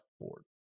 board